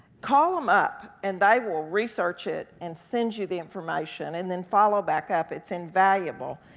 call em up, and they will research it and send you the information, and then follow back up. it's invaluable,